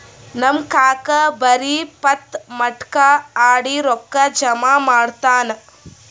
ನಮ್ ಕಾಕಾ ಬರೇ ಪತ್ತಾ, ಮಟ್ಕಾ ಆಡಿ ರೊಕ್ಕಾ ಜಮಾ ಮಾಡ್ತಾನ